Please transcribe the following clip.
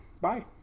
bye